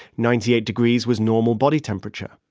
ninety eight degrees was normal body temperature.